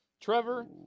Trevor